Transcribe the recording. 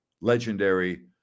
legendary